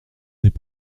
n’est